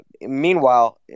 Meanwhile